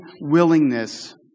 willingness